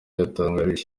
yatangarije